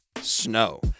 Snow